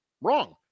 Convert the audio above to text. wrong